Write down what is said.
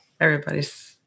everybody's